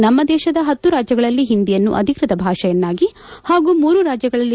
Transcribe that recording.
ನಮ್ಮ ದೇಶದ ಹತ್ತು ರಾಜ್ಯಗಳಲ್ಲ ಹಿಂಬಿಯನ್ನು ಅಭಿಕೃತ ಭಾಷೆಯನ್ನಾಗಿ ಹಾಗೂ ಮೂರು ರಾಜ್ಯಗಳಲ್ಲ